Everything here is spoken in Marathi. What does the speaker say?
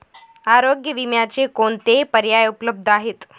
आरोग्य विम्याचे कोणते पर्याय उपलब्ध आहेत?